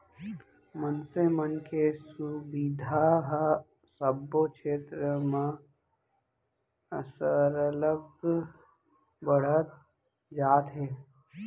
मनसे मन के सुबिधा ह सबो छेत्र म सरलग बढ़त जात हे